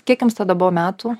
kiek jums tada buvo metų